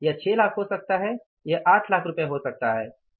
यह 6 लाख हो सकता है यह 8 लाख रुपये हो सकती है